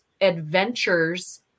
adventures